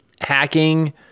hacking